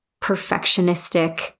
perfectionistic